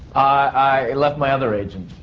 i left my other agent.